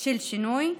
של שינוי,